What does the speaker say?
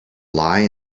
lie